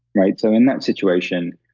right? so, in that situation,